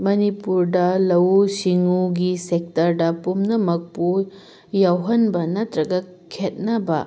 ꯃꯅꯤꯄꯨꯔꯗ ꯂꯧꯎ ꯁꯤꯡꯎꯒꯤ ꯁꯦꯛꯇꯔꯗ ꯄꯨꯝꯅꯃꯛꯄꯨ ꯌꯥꯎꯍꯟꯕ ꯅꯠꯇ꯭ꯔꯒ ꯈꯦꯅꯕ